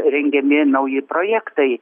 rengiami nauji projektai